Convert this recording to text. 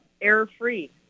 error-free